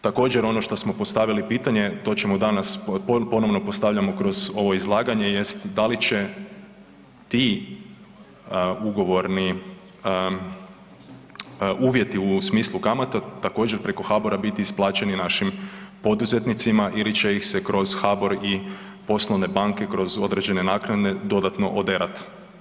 Također, ono što smo postavili pitanje, to ćemo danas, ponovno postavljamo kroz ovo izlaganje jest, da li će ti ugovorni uvjeti u smislu kamata također, preko HBOR-a biti isplaćeni našim poduzetnicima ili će ih se kroz HBOR i poslovne banke kroz određene naknade dodatno oderati.